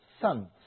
sons